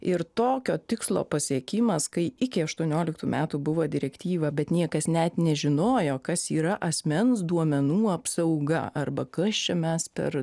ir tokio tikslo pasiekimas kai iki aštuonioliktų metų buvo direktyva bet niekas net nežinojo kas yra asmens duomenų apsauga arba kas čia mes per